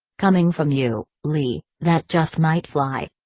coming from you, leigh, that just might fly.